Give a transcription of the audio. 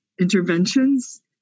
interventions